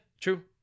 true